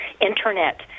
internet